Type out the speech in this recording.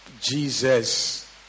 Jesus